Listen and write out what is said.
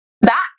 back